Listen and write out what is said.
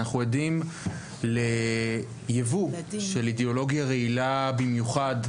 אנחנו עדים לייבוא של אידיאולוגיה רעילה במיוחד,